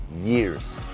years